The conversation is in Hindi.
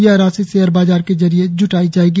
यह राशि शेयर बाजार के जरिये ज्टाई जायेगी